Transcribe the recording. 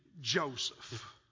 Joseph